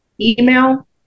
Email